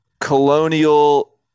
Colonial